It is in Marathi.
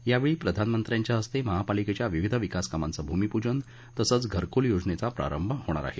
यावेळी प्रधानमंत्र्यांच्या हस्ते महापालिकेच्या विविध विकास कामांचं भूमिपूजन तसंच घरकुल योजनेचा प्रारंभ होणार आहे